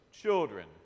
children